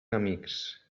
amics